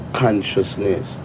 consciousness